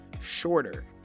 shorter